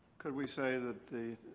could we say that the